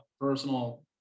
personal